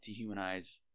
dehumanize